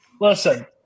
Listen